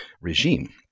regime